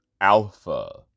Alpha